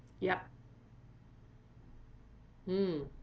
yup mm